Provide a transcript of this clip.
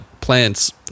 plants